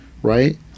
Right